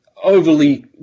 overly